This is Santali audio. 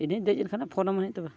ᱤᱧ ᱫᱮᱡ ᱞᱮᱱᱠᱷᱟᱱ ᱯᱷᱳᱱᱟᱹᱟᱢᱟᱹᱧ ᱦᱟᱸᱜ ᱛᱚᱵᱮ